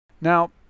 Now